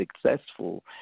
successful